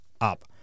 up